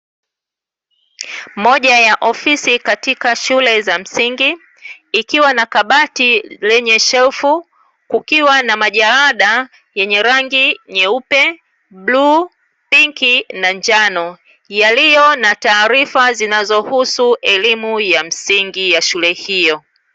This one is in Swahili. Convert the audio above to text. Moja ya ofisi katika shule za msingi ikiwa na kabati lenye shelfu, kukiwa na majalada yenye rangi nyeupe, buluu, pinki na njano yaliyo na taarifa zinazohusu elimu ya msingi ya shule hio.